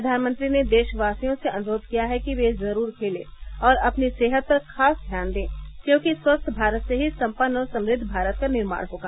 प्रधानमंत्री ने देशवासियों से अनुरोध किया है कि वे जरूर खेलें और अपनी सेहत पर खास ध्यान दें क्योंकि स्वस्थ भारत से ही सम्पन्न और समृद्व भारत का निर्माण होगा